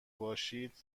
باشید